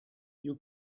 you